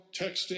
texting